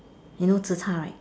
you know zi char right